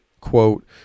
quote